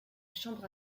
chambre